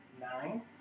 nine